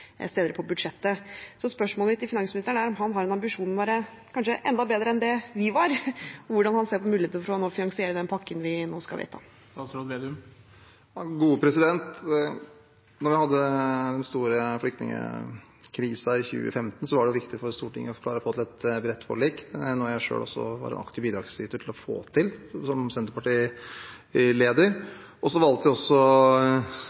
steder på budsjettet. Så spørsmålet mitt til finansministeren er om han har en ambisjon om å være kanskje enda bedre enn det vi var, og hvordan han ser på mulighetene for å finansiere den pakken vi nå skal vedta. Da vi hadde den store flyktningkrisen i 2015, var det viktig for Stortinget å klare å få til et bredt forlik, noe jeg selv også var aktiv bidragsyter til å få til som